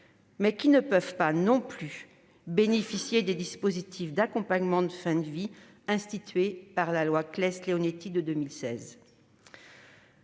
mais qui ne peuvent pas non plus bénéficier des dispositifs d'accompagnement de la fin de vie institués par la loi Claeys-Leonetti de 2016.